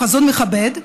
חזון מכבד,